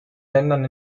ländern